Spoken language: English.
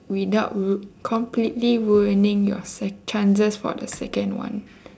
without rui~ completely ruining your sec~ chances for the second one